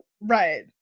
Right